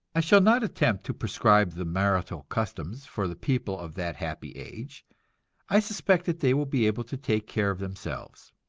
i shall not attempt to prescribe the marital customs for the people of that happy age i suspect that they will be able to take care of themselves.